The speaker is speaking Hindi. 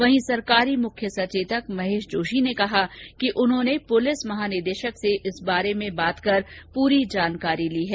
वहीं सरकारी मुख्य सचेतक महेश जोशी ने कहा कि उन्होंने पूलिस महानिदेशक से इस बारे में बात कर पूरी जानकारी ली है